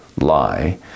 lie